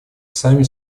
сами